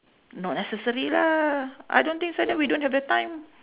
not necessary lah I don't think so and then we don't have the time